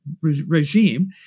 regime